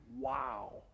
Wow